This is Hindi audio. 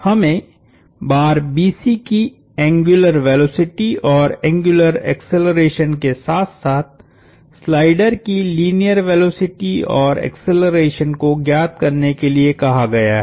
हमें बार BC की एंग्युलर वेलोसिटी और एंग्युलर एक्सेलरेशन के साथ साथ स्लाइडर की लीनियर वेलोसिटी और एक्सेलरेशन को ज्ञात करने के लिए कहा गया है